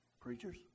preachers